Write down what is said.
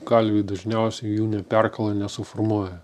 kalviai dažniausiai jų neperkala nesuformuoja